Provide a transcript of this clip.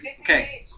Okay